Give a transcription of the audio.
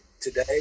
today